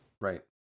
Right